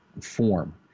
form